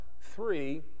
three